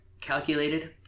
calculated